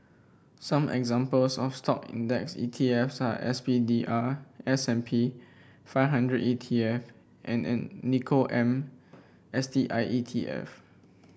some examples of Stock index E T F S are S P D R S and P five hundred E T F and Nikko am S T I E T F